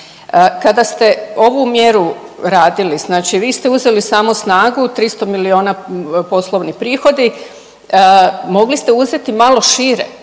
Kada ste ovu mjeru radili, znači vi ste uzeli samo snagu 300 milijuna poslovni prihodi, mogli ste uzeti malo šire,